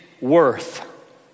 worth